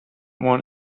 want